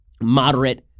moderate